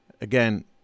Again